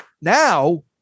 now